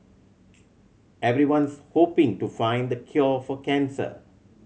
everyone's hoping to find the cure for cancer